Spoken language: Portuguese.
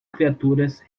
criaturas